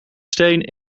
steen